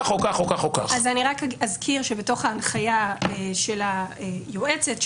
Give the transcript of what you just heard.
אני רק אזכיר שבתוך ההנחיה של היועצת,